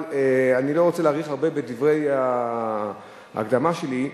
אבל אני לא רוצה להאריך הרבה בדברי ההקדמה שלי.